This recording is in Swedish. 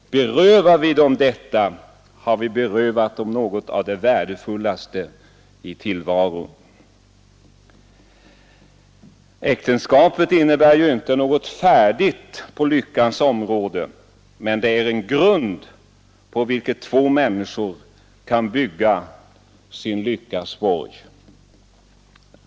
Berövar vi dem detta har vi berövat dem något av det värdefullaste i tillvaron. Äktenskapet innebär ju inte något färdigt på lyckans område, men det är en grund på vilken två människor kan bygga sin lyckas borg.